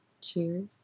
Cheers